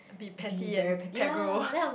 be petty and pegro